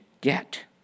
get